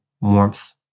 warmth